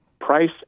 price